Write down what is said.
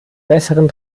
besseren